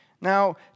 Now